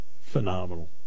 phenomenal